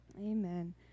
Amen